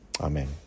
Amen